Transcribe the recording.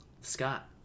Scott